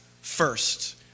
first